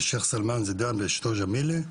של שייח' סלמאן זיאן ואשתו ג'מילי,